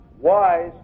wise